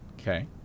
Okay